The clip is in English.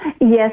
Yes